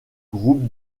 groupe